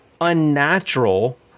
unnatural